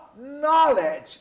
knowledge